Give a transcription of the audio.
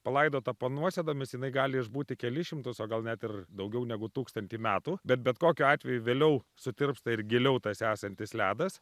palaidota po nuosėdomis jinai gali išbūti kelis šimtus o gal net ir daugiau negu tūkstantį metų bet bet kokiu atveju vėliau sutirpsta ir giliau tas esantis ledas